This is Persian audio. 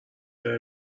داره